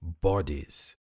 bodies